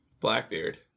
Blackbeard